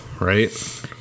right